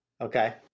Okay